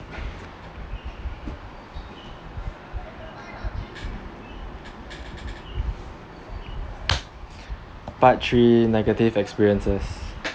part three negative experiences